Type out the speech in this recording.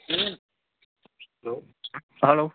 hello